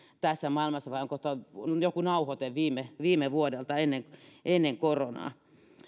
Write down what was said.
tässä maailmassa vai onko tuo joku nauhoite viime viime vuodelta ennen ennen koronaa